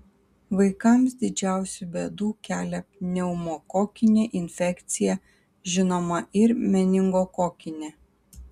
vaikams didžiausių bėdų kelia pneumokokinė infekcija žinoma ir meningokokinė